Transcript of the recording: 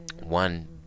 one